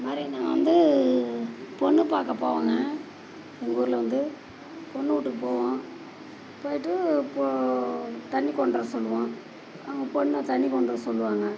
இந்தமாதிரி நாங்கள் வந்து பொண்ணு பார்க்க போவோங்க எங்கள் ஊரில் வந்து பொண்ணு வீட்டுக்கு போவோம் போயிட்டு போ தண்ணி கொண்டு வர சொல்லுவோம் அவங்க பொண்ணை தண்ணி கொண்டு வர சொல்லுவாங்க